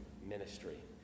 ministry